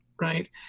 Right